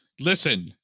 Listen